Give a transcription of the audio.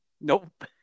Nope